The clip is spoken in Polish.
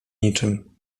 niczym